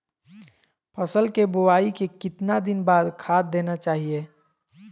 फसल के बोआई के कितना दिन बाद खाद देना चाइए?